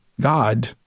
God